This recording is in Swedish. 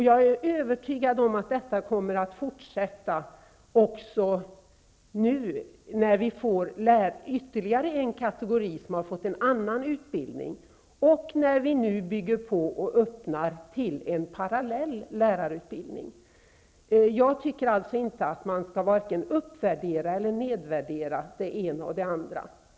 Jag är övertygad om att detta kommer att fortsätta också nu när det blir ytterligare en kategori som har en annan utbildning, samtidigt som det byggs på och öppnas för en parallell lärarutbildning. Jag tycker inte att man skall vare sig uppvärdera eller nedvärdera det ena och det andra.